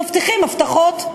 מבטיחים הבטחות.